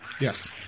Yes